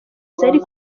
zari